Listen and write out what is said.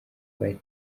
bari